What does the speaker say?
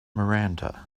miranda